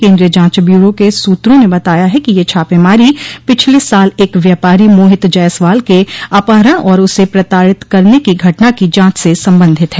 केन्द्रीय जांच ब्यूरो के सूत्रों ने बताया है कि यह छापेमारी पिछले साल एक व्यापारी मोहित जायसवाल के अपहरण और उसे प्रताडित करने को घटना की जांच से संबंधित है